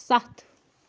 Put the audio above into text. ستھ